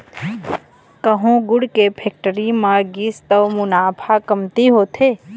कहूँ गुड़ फेक्टरी म गिस त मुनाफा कमती होथे